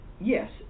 yes